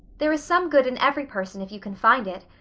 there is some good in every person if you can find it.